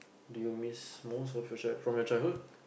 do you miss most of your child from your childhood